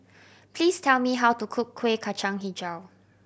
please tell me how to cook Kueh Kacang Hijau